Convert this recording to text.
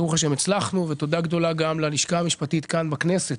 תודה גדולה גם ללשכה המשפטית כאן בכנסת,